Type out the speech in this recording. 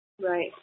Right